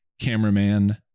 cameraman